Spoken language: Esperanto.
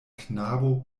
knabo